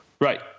Right